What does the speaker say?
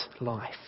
life